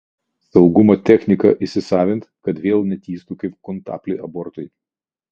saugumo techniką įsisavint kad vėl netįstų kaip kuntaplį abortui